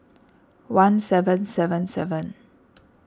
one seven seven seven